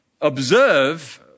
observe